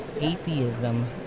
atheism